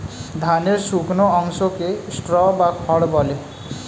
ধানের শুকনো অংশকে স্ট্র বা খড় বলে